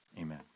amen